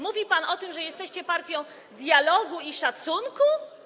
Mówi pan o tym, że jesteście partią dialogu i szacunku?